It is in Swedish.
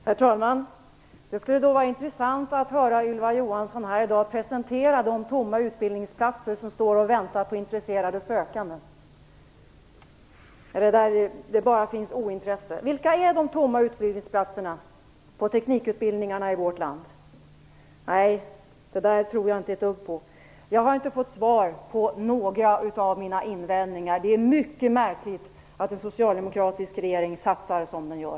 Herr talman! Det skulle vara intressant att här i dag höra Ylva Johansson presentera de tomma utbildningsplatser som människor är ointresserade av. Jag tror inte ett dugg på det som Ylva Johansson säger. Jag har inte fått svar på några av mina frågor. Det är mycket märkligt att en socialdemokratisk regering satsar som den gör.